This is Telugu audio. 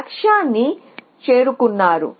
లక్ష్యాన్ని చేరుకున్నారు